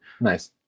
Nice